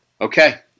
Okay